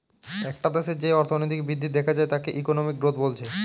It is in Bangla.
একটা দেশের যেই অর্থনৈতিক বৃদ্ধি দেখা যায় তাকে ইকোনমিক গ্রোথ বলছে